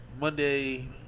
Monday